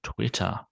Twitter